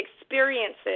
experiences